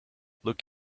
look